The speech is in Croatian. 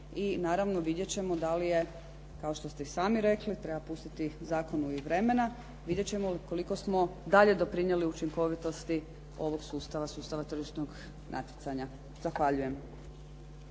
naravno vidjeti ćemo da li je, kao što ste i sami rekli, treba pustiti zakonu i vremena. Vidjet ćemo koliko smo dalje doprinijeli učinkovitosti ovog sustava, sustava tržišnog natjecanja. Zahvaljujem.